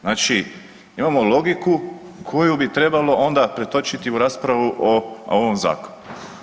Znači imamo logiku koju bi trebalo onda pretočiti u raspravu o ovom Zakonu.